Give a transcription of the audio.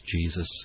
Jesus